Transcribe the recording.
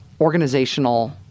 organizational